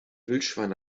wildschwein